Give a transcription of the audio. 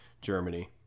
Germany